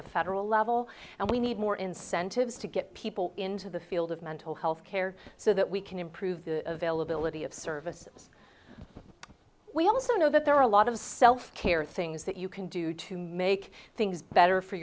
the federal level and we need more incentives to get people into the field of mental health care so that we can improve the veil ability of services we also know that there are a lot of self care things that you can do to make things better for